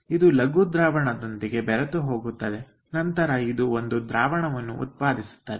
ಇದು ಲಘು ದ್ರಾವಣದೊಂದಿಗೆ ಬೆರೆತುಹೋಗುತ್ತದೆ ನಂತರ ಇದು ಒಂದು ದ್ರಾವಣವನ್ನು ಉತ್ಪಾದಿಸುತ್ತದೆ